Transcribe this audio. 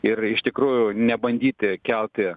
ir iš tikrųjų nebandyti kelti